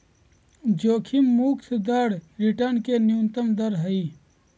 जोखिम मुक्त दर रिटर्न के न्यूनतम दर हइ